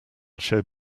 showed